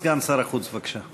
סגן שר החוץ, בבקשה.